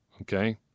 okay